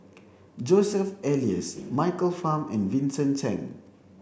Joseph Elias Michael Fam and Vincent Cheng